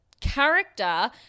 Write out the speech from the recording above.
character